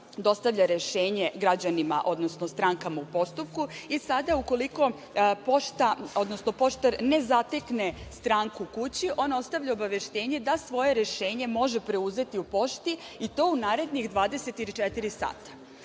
dostavlja rešenje građanima, odnosno strankama u postupku i sada, ukoliko poštar ne zatekne stranku kod kuće, on ostavlja obaveštenje da svoje rešenje može preuzeti u pošti i to u naredna 24